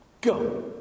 Go